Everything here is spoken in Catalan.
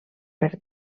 per